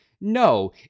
No